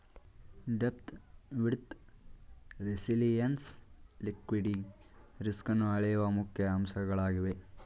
depth, width, resilience liquidity ರಿಸ್ಕನ್ನು ಅಳೆಯುವ ಮುಖ್ಯ ಅಂಶಗಳಾಗಿವೆ